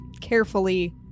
carefully